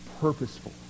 purposeful